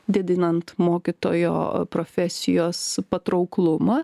didinant mokytojo profesijos patrauklumą